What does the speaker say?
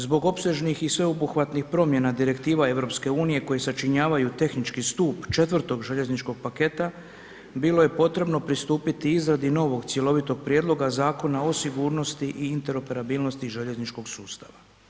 Zbog opsežnih i sveobuhvatnih promjena direktiva EU koje sačinjavaju tehnički stup 4. željezničkog paketa bilo je potrebno pristupiti izradi novog cjelovitog Prijedloga zakona o sigurnosti i interoperabilnosti željezničkog sustava.